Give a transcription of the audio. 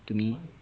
to me